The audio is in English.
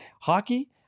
hockey